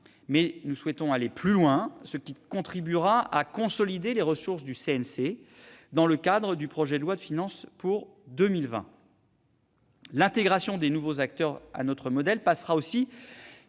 Mais nous souhaitons aller plus loin, ce qui contribuera à consolider les ressources du CNC dans le cadre du projet de loi de finances pour 2020. L'intégration des nouveaux acteurs à notre modèle passera aussi